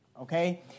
Okay